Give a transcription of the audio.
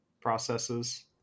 processes